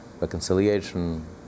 reconciliation